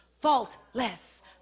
faultless